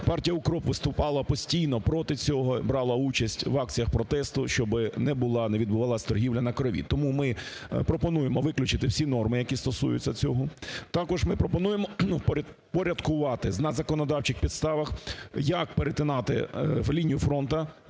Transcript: Партія "УКРОП" виступала постійно проти цього, брала участь в акціях протесту, щоби не була, не відбувалась торгівля на крові. Тому ми пропонуємо виключити всі норми, які стосуються цього. Також ми пропонуємо впорядкувати на законодавчих підставах як перетинати лінію фронта